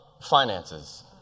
finances